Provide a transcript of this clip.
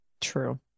True